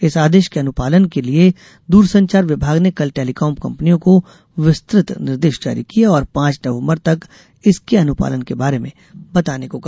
इस आदेश के अनुपालन के लिए दूरसंचार विभाग ने कल टेलीकॉम कंपनियों को विस्तृत निर्देश जारी किये और पांच नवम्बर तक इसके अनुपालन के बारे में बताने को कहा